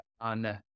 on